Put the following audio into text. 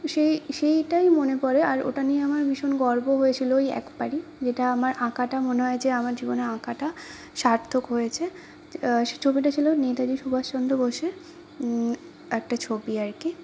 তো সেই সেইটাই মনে পরে আর ওটা নিয়ে আমার ভীষণ গর্ব হয়েছিলো ওই একবারই যেটা আমার আঁকাটা মনে হয় যে আমার জীবনে আঁকাটা সার্থক হয়েছে সে ছবিটা ছিলো নেতাজি সুভাষচন্দ্র বোসের একটা ছবি আর কি